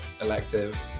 elective